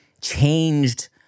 changed